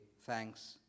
thanks